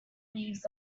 leaves